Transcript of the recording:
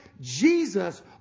Jesus